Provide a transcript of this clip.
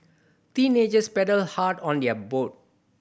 teenagers paddled hard on their boat